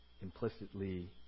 implicitly